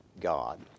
God